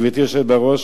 גברתי היושבת בראש,